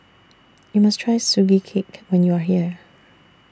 YOU must Try Sugee Cake when YOU Are here